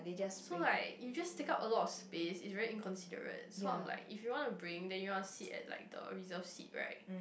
so like you just take up a lot of space it's very inconsiderate so I'm like if you want to bring then you want to sit at like the reserved seat right